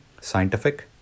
scientific